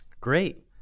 Great